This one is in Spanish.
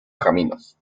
caminos